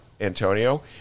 antonio